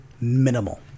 minimal